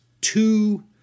two